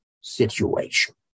situation